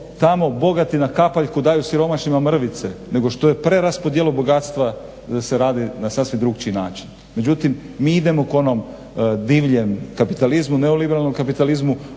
tamo bogati na kapaljku daju siromašnima mrvice nego što je preraspodjela bogatstva se radi na sasvim drukčiji način. Međutim, mi idemo k onom divljem kapitalizmu, neoliberalnom kapitalizmu